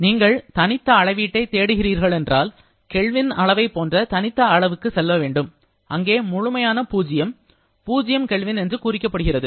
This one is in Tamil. நீங்கள் தனித்த அளவீட்டைத் தேடுகிறீர்களானால் கெல்வின் அளவைப் போன்ற தனித்த அளவிற்கு செல்ல வேண்டும் அங்கு முழுமையான பூஜ்ஜியம் பூஜ்ஜியமாக கெல்வின் என குறிக்கப்படுகிறது